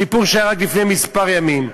סיפור שהיה רק לפני כמה ימים.